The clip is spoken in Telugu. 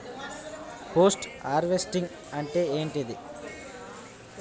పోస్ట్ హార్వెస్టింగ్ అంటే ఏంటిది?